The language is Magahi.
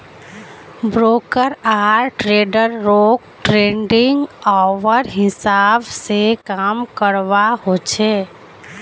ब्रोकर आर ट्रेडररोक ट्रेडिंग ऑवर हिसाब से काम करवा होचे